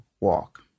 walk